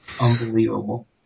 Unbelievable